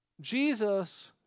Jesus